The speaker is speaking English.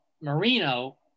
Marino –